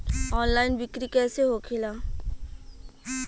Online बिक्री कैसे होखेला?